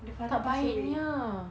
the father pass away